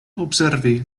observi